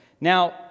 Now